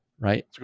right